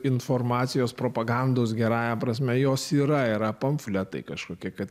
informacijos propagandos gerąja prasme jos yra era pamfletai kažkokia kad